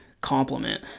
compliment